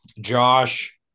Josh